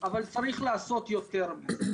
אבל צריך לעשות יותר מזה,